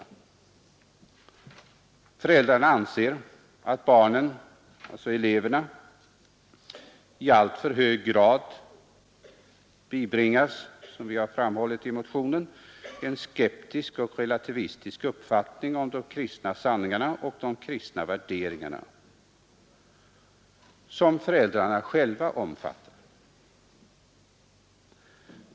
Som vi framhållit i motionen anser föräldrarna att barnen, eleverna, i alltför hög grad bibringas en skeptisk och relativistisk uppfattning om de kristna sanningarna och om de kristna värderingar som föräldrarna själva omfattar.